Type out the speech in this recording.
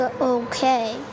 okay